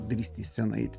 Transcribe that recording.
drįsti į sceną eiti